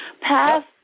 Pass